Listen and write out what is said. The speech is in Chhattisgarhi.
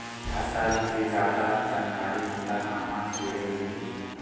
फसल के जादा जानकारी हमला कहां ले मिलही?